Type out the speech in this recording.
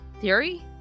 theory